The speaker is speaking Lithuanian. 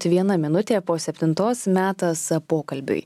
viena minutė po septintos metas pokalbiui